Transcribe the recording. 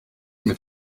mit